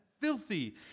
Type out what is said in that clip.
filthy